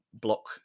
block